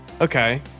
Okay